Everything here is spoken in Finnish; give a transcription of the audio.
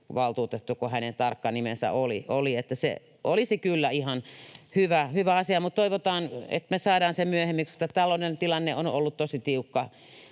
hänen tarkka nimensä oli. Se olisi kyllä ihan hyvä asia, mutta toivotaan, että me saadaan se myöhemmin. Taloudellinen tilanne on ollut tosi tiukka,